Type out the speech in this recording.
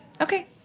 Okay